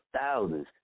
thousands